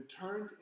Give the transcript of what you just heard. turned